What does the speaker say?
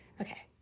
okay